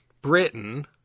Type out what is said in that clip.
Britain